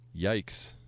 yikes